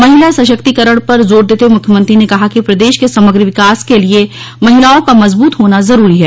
महिला सशक्तीकरण पर जोर देते हए मुख्यमंत्री ने कहा कि प्रदेश के समग्र विकास के लिए महिलाओं का मजबूत होना जरूरी है